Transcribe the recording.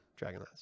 Dragonlance